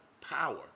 power